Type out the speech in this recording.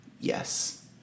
Yes